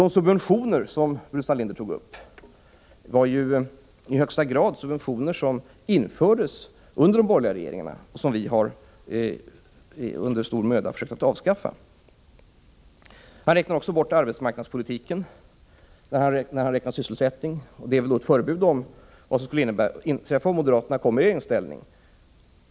De subventioner som herr Burenstam Linder tog upp var i högsta grad sådana som infördes under de borgerliga regeringarna och som vi under stor möda har försökt att avskaffa. Herr Burenstam Linder räknar bort arbetsmarknadspolitiken när han talar om sysselsättningssiffrorna. Det är väl ett förebud om vad som skulle inträffa om moderaterna kom i regeringsställning.